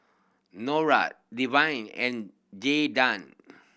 Nora Devyn and Jaydan